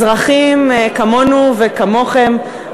אזרחים כמונו וכמוכם,